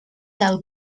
del